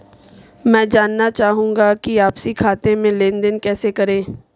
मैं जानना चाहूँगा कि आपसी खाते में लेनदेन कैसे करें?